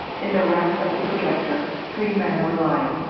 in the wreck of the projector, three men were lying.